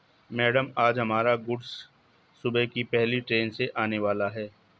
madam आज हमारा goods सुबह की पहली ट्रैन से आने वाला है